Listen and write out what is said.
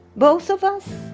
both of us!